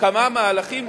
כמה מהלכים,